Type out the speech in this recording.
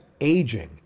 aging